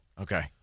Okay